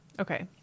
Okay